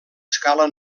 escala